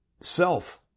self